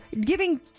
giving